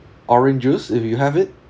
orange juice if you have it